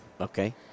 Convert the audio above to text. Okay